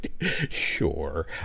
Sure